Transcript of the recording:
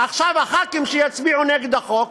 עכשיו חברי הכנסת שיצביעו נגד החוק